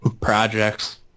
projects